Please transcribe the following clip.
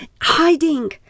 hiding